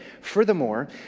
Furthermore